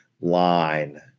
line